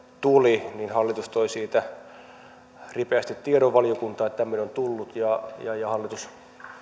tuli ja hallitus toi siitä ripeästi tiedon valiokuntaan että tämmöinen on tullut ja ja hallitus